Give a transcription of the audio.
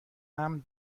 امن